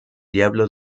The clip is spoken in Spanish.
diablo